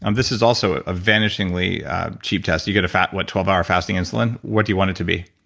um this is also a vanishingly cheap test. you get a fat. what? twelve hour fasting insulin? what do you want it to be?